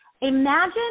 imagine